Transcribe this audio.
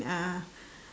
uh